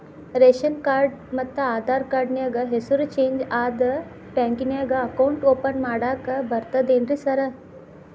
Ration card ಮತ್ತ Aadhaar card ನ್ಯಾಗ ಹೆಸರು ಚೇಂಜ್ ಅದಾ ಬ್ಯಾಂಕಿನ್ಯಾಗ ಅಕೌಂಟ್ ಓಪನ್ ಮಾಡಾಕ ಬರ್ತಾದೇನ್ರಿ ಸಾರ್?